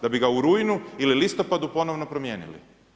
Da bi ga u rujnu ili listopadu ponovno promijenili.